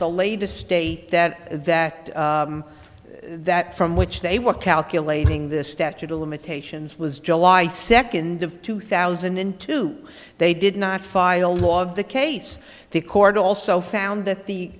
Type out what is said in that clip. the latest state that that that from which they were calculating the statute of limitations was july second of two thousand and two they did not file a lot of the case the court also found that the